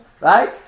right